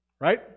Right